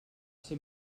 ser